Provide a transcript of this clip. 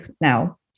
now